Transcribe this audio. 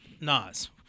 Nas